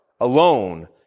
alone